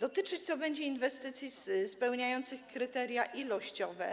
Dotyczyć to będzie inwestycji spełniających kryteria ilościowe,